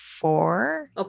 four